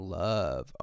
love